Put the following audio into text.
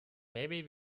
maybe